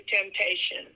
temptation